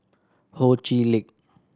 Ho Chee Lick